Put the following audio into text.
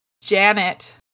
Janet